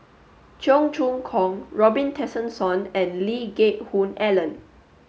Cheong Choong Kong Robin Tessensohn and Lee Geck Hoon Ellen